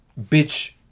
Bitch